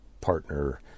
partner